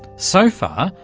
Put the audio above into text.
so far,